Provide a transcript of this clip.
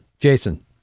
Jason